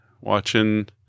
watching